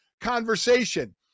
conversation